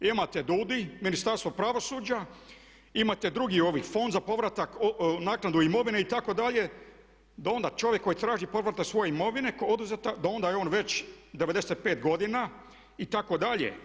Imate DUDI, Ministarstvo pravosuđa, imate drugi ovaj Fond za povaratak, naknadu imovine itd. da onda čovjek koji traži povrat svoje imovine koja je oduzeta da onda je već 95 godina itd.